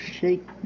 shake